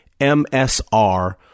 MSR